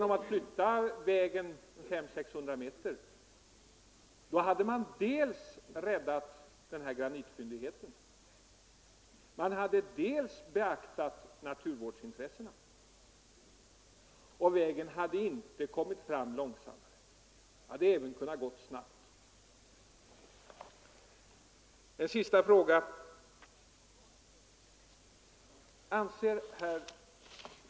Om man flyttar vägen 500—600 m skulle man dels rädda granitfyndigheten, dels beakta naturvårdsintressena. Och vägbygget skulle inte försenas — det skulle kunna gå snabbt.